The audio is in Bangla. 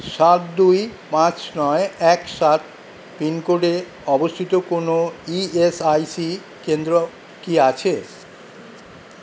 সাত দুই পাঁচ নয় এক সাত পিনকোডে অবস্থিত কোনও ই এস আই সি কেন্দ্র কি আছে